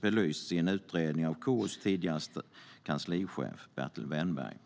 belysts i en utredning av KU:s tidigare kanslichef Bertil Wennberg.